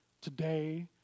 today